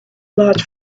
large